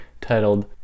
titled